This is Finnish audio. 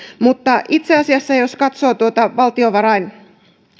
itse asiassa jos katsoo tuota valtiovarainvaliokunnan